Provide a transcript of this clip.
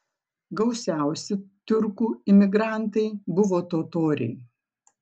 gausiausi tiurkų imigrantai buvo totoriai